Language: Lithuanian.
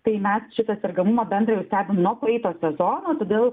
tai mes šitą sergamumą bendrą jau stebim nuo praeito sezono todėl